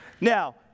Now